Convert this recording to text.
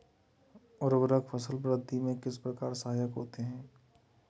उर्वरक फसल वृद्धि में किस प्रकार सहायक होते हैं?